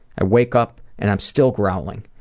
i wake up and i'm still growling.